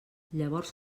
llavors